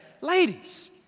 Ladies